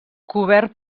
cobert